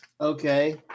Okay